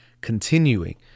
continuing